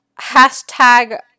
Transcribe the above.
Hashtag